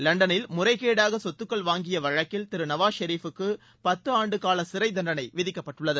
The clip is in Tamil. லண்டனில் முறைகேடாக சொத்துக்கள் வாங்கிய வழக்கில் திரு நவாஸ் ஷெரீபுக்கு பத்தாண்டு கால சிறை தண்டனை விதிக்கப்பட்டுள்ளது